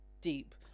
deep